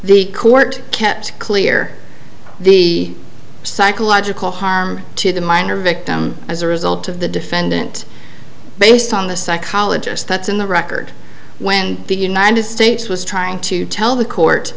the court kept clear of the psychological harm to the minor victim as a result of the defendant based on the psychologist that's in the record when the united states was trying to tell the court